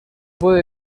puede